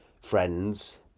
Friends